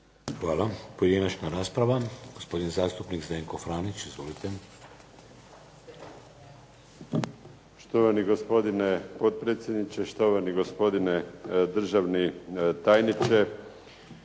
Hvala. Pojedinačna rasprava. Gospodin zastupnik Zdenko Franić. Izvolite. **Franić, Zdenko (SDP)** Štovani gospodine potpredsjedniče, štovani gospodine državni tajniče.